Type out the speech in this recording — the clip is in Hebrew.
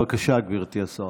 בבקשה, גברתי השרה.